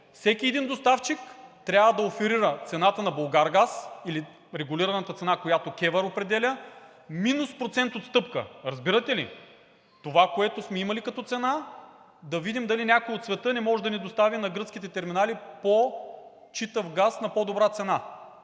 всеки един доставчик трябва да оферира цената на „Булгаргаз“ или регулираната цена, която КЕВР определя, минус процент отстъпка. Разбирате ли? Разбирате ли това, което сме имали като цена? Да видим дали някой от света не може да ни достави на гръцките терминали по-читав газ на по-добра цена?